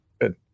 good